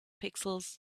pixels